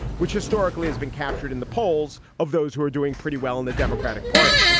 which historically has been captured in the polls of those who are doing pretty well in the democratic party.